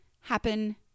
happen